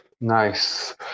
Nice